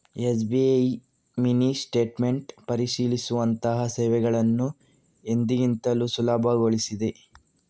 SBI mini statement ಪರಿಶೀಲಿಸುವಂತಹ ಸೇವೆಗಳನ್ನು ಎಂದಿಗಿಂತಲೂ ಸುಲಭಗೊಳಿಸಿದೆ